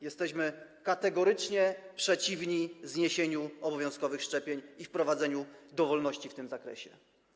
Jesteśmy kategorycznie przeciwni zniesieniu obowiązkowych szczepień i wprowadzeniu dowolności w tym zakresie.